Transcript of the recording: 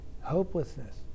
hopelessness